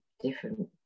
different